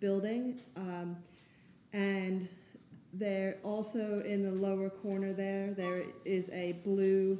building and they're also in the lower corner there there it is a blue